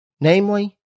namely